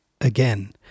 again